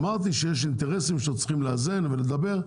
אמרתי שיש אינטרסים שאנחנו צריכים לאזן ולדבר,